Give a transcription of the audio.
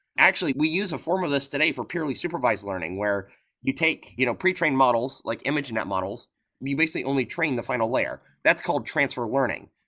actually, we use a form of this today for purely supervised learning, where you take you know pre-train models, like image net models, and you basically only train the final layer. that's called transfer learning.